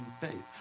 faith